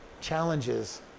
challenges